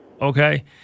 okay